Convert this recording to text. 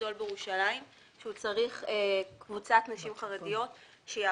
גדול בירושלים שהוא צריך קבוצת נשים חרדיות שיעבדו